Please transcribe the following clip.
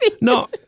No